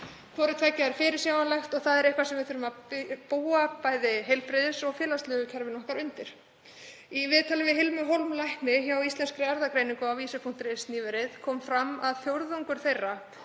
og er eitthvað sem við þurfum að búa bæði heilbrigðis- og félagslegu kerfin okkar undir. Í viðtali við Hilmu Hólm lækni hjá Íslenskri erfðagreiningu á visir.is nýverið kom fram að fjórðungur þeirra